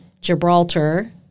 Gibraltar